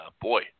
boy